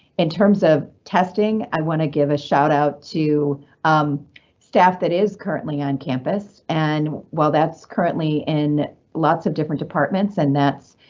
in terms of testing, i wanna give a shout out to um staff that is currently on campus. and while that's currently in lots of different departments, and that's